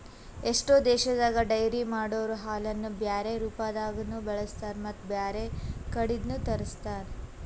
ಎಷ್ಟೋ ದೇಶದಾಗ ಡೈರಿ ಮಾಡೊರೊ ಹಾಲನ್ನು ಬ್ಯಾರೆ ರೂಪದಾಗನೂ ಬಳಸ್ತಾರ ಮತ್ತ್ ಬ್ಯಾರೆ ಕಡಿದ್ನು ತರುಸ್ತಾರ್